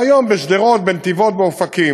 היום בשדרות, בנתיבות ובאופקים,